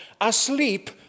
asleep